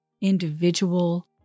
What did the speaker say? individual